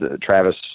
Travis